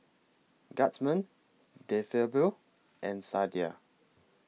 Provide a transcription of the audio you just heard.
Guardsman De Fabio and Sadia